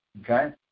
okay